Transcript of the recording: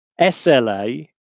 SLA